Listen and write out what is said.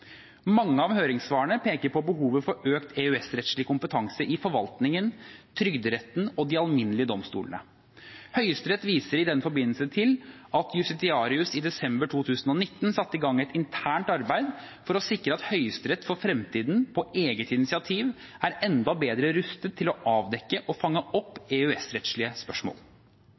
Mange av høringssvarene peker på behovet for økt EØS-rettslig kompetanse i forvaltningen, Trygderetten og de alminnelige domstolene. Høyesterett viser i den forbindelse til at justitiarius i desember 2019 satte i gang et internt arbeid for å sikre at Høyesterett for fremtiden på eget initiativ er enda bedre rustet til å avdekke og fange opp EØS-rettslige spørsmål.